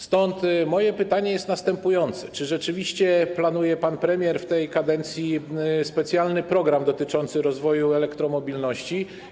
Stąd moje pytanie jest następujące: Czy rzeczywiście planuje pan premier w tej kadencji specjalny program dotyczący rozwoju elektromobilności?